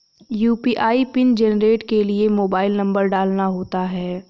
UPI PIN generate के लिए mobile number डालना होता है